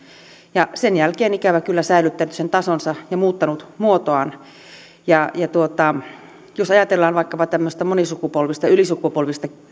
ja sen jälkeen ikävä kyllä säilyttänyt sen tasonsa ja muuttanut muotoaan jos ajatellaan vaikkapa tämmöistä monisukupolvista ylisukupolvista